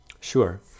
Sure